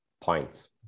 points